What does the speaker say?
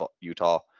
utah